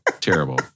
Terrible